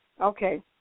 Okay